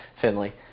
Finley